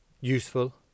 useful